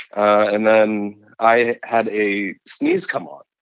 and then i had a sneeze come on.